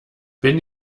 bin